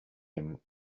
him